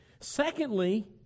Secondly